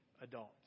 adults